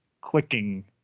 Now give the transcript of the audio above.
clicking